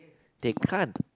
they can't